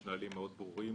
יש נהלים מאוד ברורים